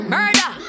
Murder